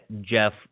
Jeff